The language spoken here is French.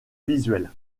visuelle